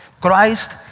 Christ